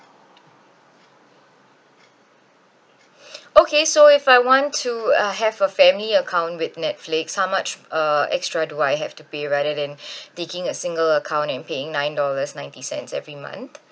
okay so if I want to uh have a family account with netflix how much uh extra do I have to pay rather than taking a single account and paying nine dollars ninety cents every month